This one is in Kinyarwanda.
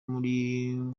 muri